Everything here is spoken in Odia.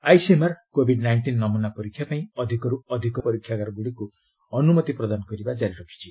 ଆଇସିଏମ୍ଆର କୋଭିଡ୍ ନାଇଷ୍ଟିନ୍ ନମୁନା ପରୀକ୍ଷା ପାଇଁ ଅଧିକରୁ ଅଧିକ ପରୀକ୍ଷାଗାରଗୁଡ଼ିକୁ ଅନୁମତି ପ୍ରଦାନ କରିବା ଜାରି ରଖିଛି